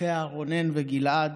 אחיה רונן וגלעד,